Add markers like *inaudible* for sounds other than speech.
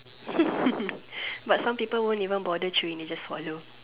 *laughs* but some people wont even bother chewing they just swallow